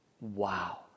Wow